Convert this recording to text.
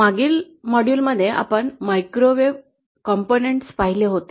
मागील विभागात आपण मायक्रोवेव्ह घटक पाहिले होते